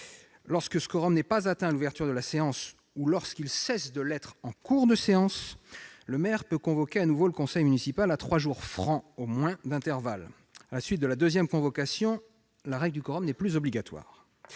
Lorsque ce quorum n'est pas atteint à l'ouverture de la séance ou lorsqu'il cesse de l'être en cours de séance, le maire peut convoquer de nouveau le conseil municipal à trois jours francs au moins d'intervalle. À la suite de la deuxième convocation, la règle du quorum ne s'applique